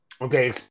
okay